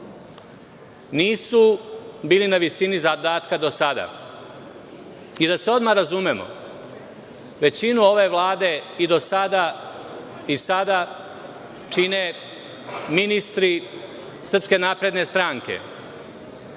nisu bili na visini zadatka do sada i da se odmah razumemo, većinu ove Vlade i do sada i sada čine ministri SNS.Selektor te